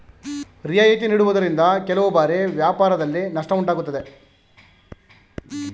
ರಿಯಾಯಿತಿ ನೀಡುವುದರಿಂದ ಕೆಲವು ಬಾರಿ ವ್ಯಾಪಾರದಲ್ಲಿ ನಷ್ಟ ಉಂಟಾಗುತ್ತದೆ